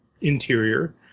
interior